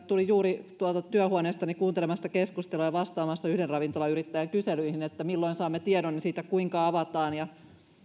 tulin juuri tuolta työhuoneestani kuuntelemasta keskustelua ja vastaamasta yhden ravintolayrittäjän kyselyihin siitä milloin saamme tiedon siitä kuinka avataan ja